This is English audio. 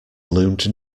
loomed